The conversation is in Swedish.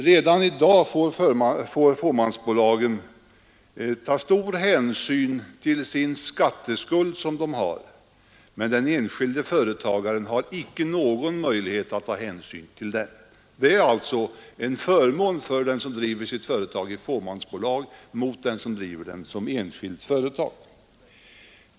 Redan i dag tas stor hänsyn till den skatteskuld fåmansbolagen har, men den enskilde företagaren har icke någon sådan möjlighet. Det är alltså en förmån för dem som driver sitt företag som fåmansbolag jämfört med den som driver enskilt företag.